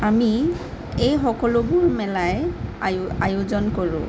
আমি এই সকলোবোৰ মেলাই আয়ো আয়োজন কৰোঁ